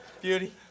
Beauty